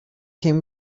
him